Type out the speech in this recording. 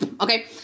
Okay